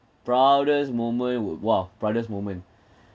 proudest moment would !wow! proudest moment